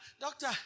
doctor